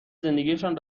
زندگیشان